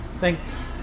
Thanks